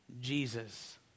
Jesus